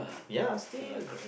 ya still